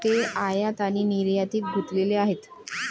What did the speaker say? ते आयात आणि निर्यातीत गुंतलेले आहेत